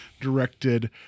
directed